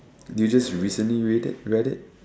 did you recently read it read it